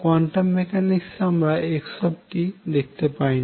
quantum মেকানিক্সে আমরা x দেখতে পাই না